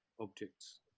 objects